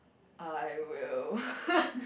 I will